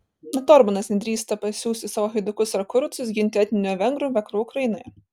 net orbanas nedrįsta pasiųsti savo haidukus ar kurucus ginti etninių vengrų vakarų ukrainoje